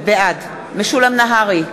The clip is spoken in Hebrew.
משולם נהרי,